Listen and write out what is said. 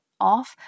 off